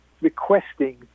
requesting